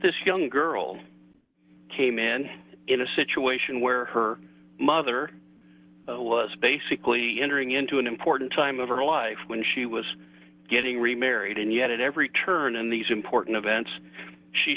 this young girl came in in a situation where her mother was basically entering into an important time of her life when she was getting remarried and yet at every turn in these important events she